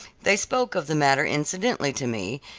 they spoke of the matter incidentally to me,